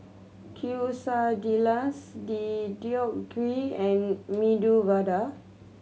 Quesadillas Deodeok Gui and Medu Vada